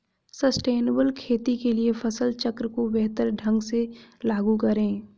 sustainable खेती के लिए फसल चक्र को बेहतर ढंग से लागू करें